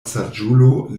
saĝulo